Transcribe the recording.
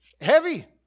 heavy